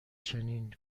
چنین